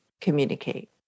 communicate